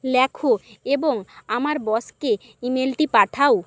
লেখো এবং আমার বসকে ইমেলটি পাঠাও